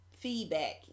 Feedback